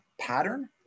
pattern